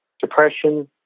depression